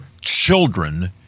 children